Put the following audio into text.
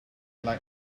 like